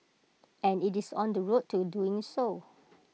and IT is on the road to doing so